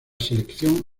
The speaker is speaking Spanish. selección